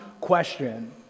question